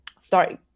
start